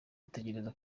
ategereje